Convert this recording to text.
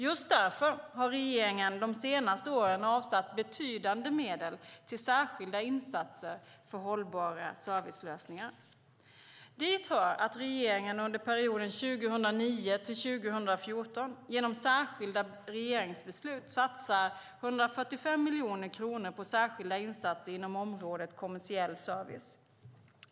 Just därför har regeringen de senaste åren avsatt betydande medel till särskilda insatser för hållbara servicelösningar. Dit hör att regeringen under perioden 2009-2014 genom särskilda regeringsbeslut satsar 145 miljoner kronor på särskilda insatser inom området kommersiell service.